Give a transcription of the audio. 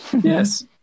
Yes